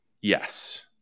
Yes